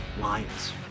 Lions